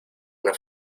una